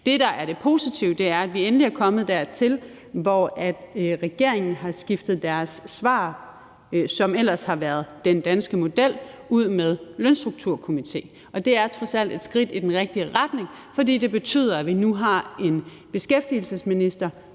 Det, der er det positive, er, at vi endelig er kommet dertil, hvor regeringen har skiftet deres svar, som ellers har været den danske model, ud med en Lønstrukturkomité, og det er trods alt et skridt i den rigtige retning, fordi det betyder, at vi nu har en beskæftigelsesminister,